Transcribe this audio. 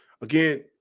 again